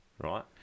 right